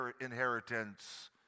inheritance